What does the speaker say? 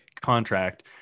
contract